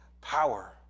power